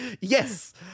Yes